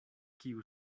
kiu